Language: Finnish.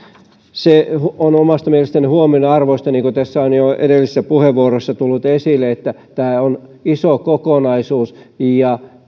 se on omasta mielestäni huomionarvoista niin kuin tässä on jo edellisissä puheenvuoroissa tullut esille että tämä on iso kokonaisuus ja